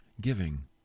giving